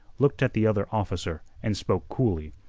looked at the other officer and spoke coolly,